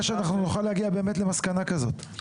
שאנחנו נוכל להגיע באמת למסקנה כזאת,